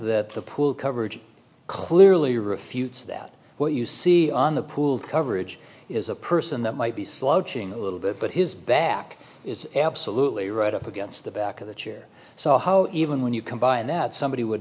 that the pool coverage clearly refutes that what you see on the pool coverage is a person that might be slouching a little bit but his back is absolutely right up against the back of the chair so how even when you combine that somebody would